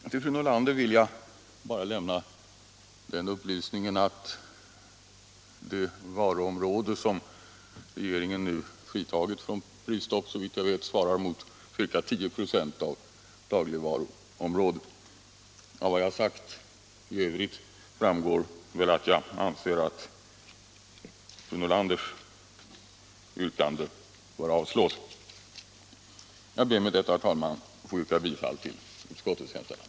Till fru Nordlander vill jag bara lämna den upplysningen att det varuområde som regeringen nu fritagit från prisstopp svarar mot ca 10 96 av dagligvaruområdet. Av vad jag sagt i övrigt framgår väl att jag anser att fru Nordlanders yrkande bör avslås. Med detta, herr talman, yrkar jag bifall till utskottets hemställan.